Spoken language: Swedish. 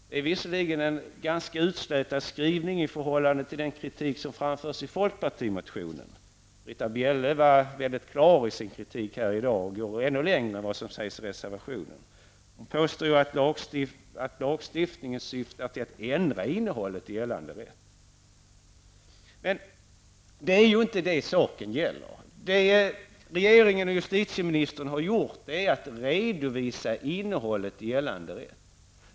Det är visserligen en ganska utslätad skrivning i förhållande till den kritik som framförs i folkpartimotionen. Britta Bjelle var mycket klar i sin kritik i dag och går ännu längre än vad som sägs i reservationen. Hon påstår att lagstiftningens syfte är att ändra innehållet i gällande rätt. Men det är inte detta som saken gäller. Regeringen och justitieministern har redovisat innehållet i gällande rätt.